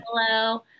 hello